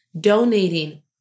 donating